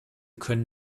können